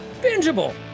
bingeable